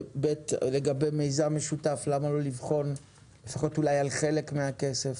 ולגבי מיזם משותף, לבחון לפחות אולי על חלק מהכסף,